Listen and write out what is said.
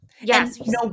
Yes